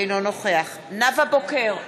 אינו נוכח נאוה בוקר,